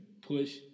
push